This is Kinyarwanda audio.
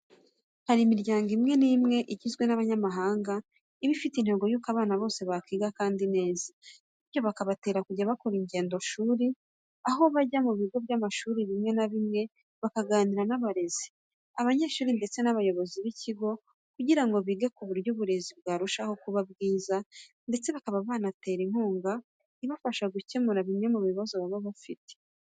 Hari imiryango imwe n'imwe igizwe n'abanyamahanga iba ifite intego y'uko abana bose bakiga kandi neza, bityo bikabatera kujya bakora ingendoshuri, aho bajya mu bigo by'amashuri bimwe na bimwe bakaganira n'abarezi, abanyeshuri ndetse n'abayobozi b'ikigo kugira ngo bige ku buryo uburezi bwarushaho kuba bwiza ndetse bakaba banabatera inkunga ibafasha gukemura bimwe mu bibazo baba bafite.